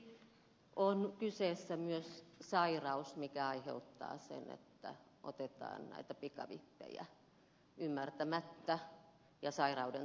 lisäksi monesti on kyseessä myös sairaus mikä aiheuttaa sen että otetaan näitä pikavippejä ymmärtämättä ja sairauden takia myös